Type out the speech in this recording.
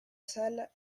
salle